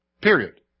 Period